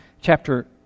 chapter